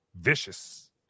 vicious